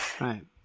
Right